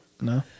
No